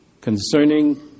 concerning